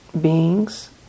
beings